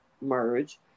merge